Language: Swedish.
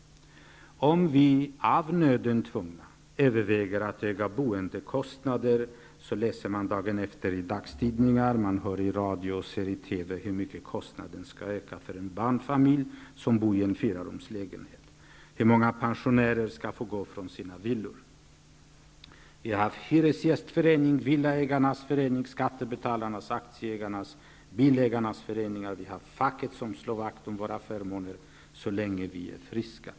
Om vi, av nöden tvungna, överväger att öka boendekostnaderna, läser man dagen efter i dagstidningar och hör på radio och ser i TV hur mycket kostnaden skall öka för en barnfamilj som bor i en fyrarumslägenhet. Man får veta hur många pensionärer som skall få gå från sina villor. Vi har en hyresgästförening, en villaägarnas förening, en skattebetalarnas förening, en aktieägarnas förening och vi har facket, som slår vakt om våra förmåner -- så länge vi är friska.